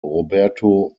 roberto